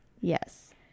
Yes